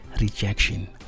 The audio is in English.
rejection